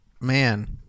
Man